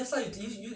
mm